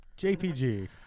Jpg